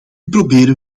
proberen